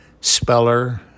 speller